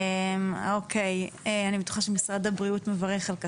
אני בטוחה שמשרד הבריאות מברך על כך,